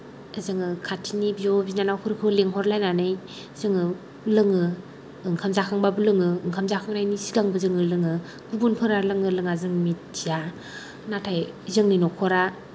जोङो खाथिनि बिब' बिनानावफोरखौ लिंहरलायनानै जोङो लोङो ओंखाम जाखांबाबो लोङो ओंखाम जाखांनायनि सिगांबो जोङो लोङो गुबुनफोरा लोङो लोङा जों मिथिया नाथाय जोंनि न'खरा